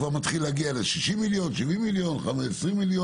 כבר מתחילים להגיע ל-70-60 מיליון וכולי,